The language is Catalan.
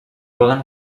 poden